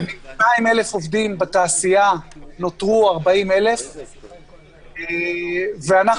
מתוך 200,000 עובדים בתעשייה נותרו 40,000. אנחנו